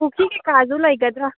ꯄꯨꯈꯤ ꯀꯩꯀꯥꯁꯨ ꯂꯩꯒꯗ꯭ꯔꯥ